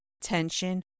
tension